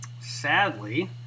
sadly